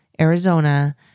Arizona